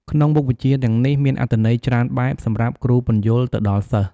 ក្នុងមុខវិជ្ជាទាំងនេះ មានអត្ថន័យច្រើនបែបសម្រាប់គ្រូពន្យល់ទៅដល់សិស្ស។